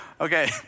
okay